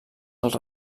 als